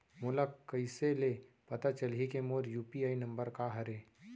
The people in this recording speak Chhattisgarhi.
मोला कइसे ले पता चलही के मोर यू.पी.आई नंबर का हरे?